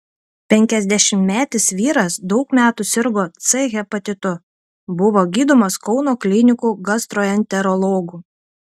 penkiasdešimtmetis vyras daug metų sirgo c hepatitu buvo gydomas kauno klinikų gastroenterologų